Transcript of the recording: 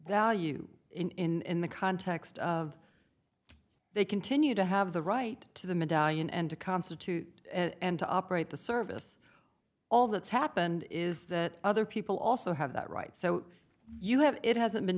you in the context of they continue to have the right to the medallion and to constitute and to operate the service all that's happened is that other people also have that right so you have it hasn't been